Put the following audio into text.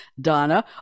Donna